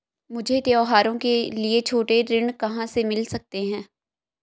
मुझे त्योहारों के लिए छोटे ऋण कहां से मिल सकते हैं?